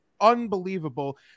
unbelievable